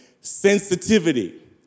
sensitivity